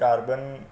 carbon